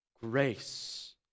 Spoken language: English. Grace